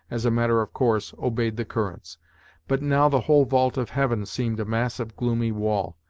as a matter of course obeyed the currents but now the whole vault of heaven seemed a mass of gloomy wall.